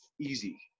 easy